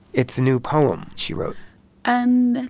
it's a new poem she wrote and